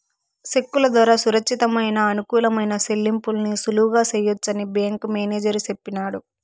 సెక్కుల దోరా సురచ్చితమయిన, అనుకూలమైన సెల్లింపుల్ని సులువుగా సెయ్యొచ్చని బ్యేంకు మేనేజరు సెప్పినాడు